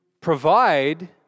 provide